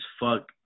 fuck